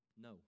No